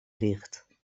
licht